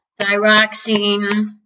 thyroxine